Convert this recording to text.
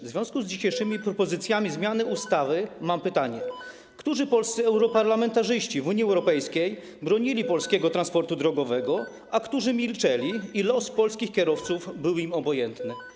W związku z dzisiejszymi propozycjami zmiany ustawy mam pytanie: Którzy polscy europarlamentarzyści w Unii Europejskiej bronili polskiego transportu drogowego, a którzy milczeli i los polskich kierowców był im obojętny?